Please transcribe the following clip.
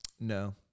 No